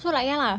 so like ya lah